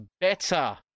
better